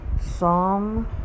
Psalm